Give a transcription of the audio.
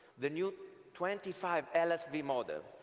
the new twenty five lsv model.